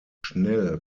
schnell